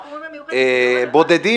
בודדים?